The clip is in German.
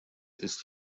ist